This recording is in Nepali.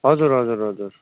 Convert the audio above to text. हजुर हजुर हजुर